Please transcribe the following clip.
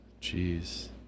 Jeez